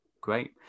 great